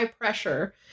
pressure